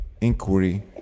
inquiry